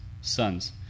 sons